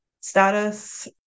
status